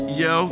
yo